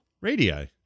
Radii